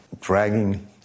dragging